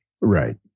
right